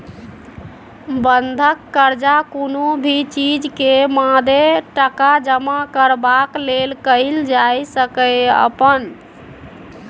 बंधक कर्जा कुनु भी चीज के मादे टका जमा करबाक लेल कईल जाइ सकेए अपन